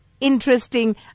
interesting